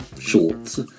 shorts